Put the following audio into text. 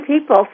people